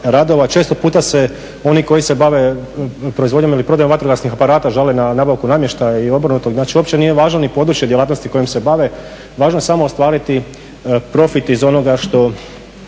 radova. Često puta se oni koji se bave proizvodnjom ili prodajom vatrogasnih aparata žale na nabavku namještaja i obrnuto. Znači, uopće nije važno ni područje djelatnosti kojim se bave, važno je samo ostvariti profit iz onoga